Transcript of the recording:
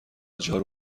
جارو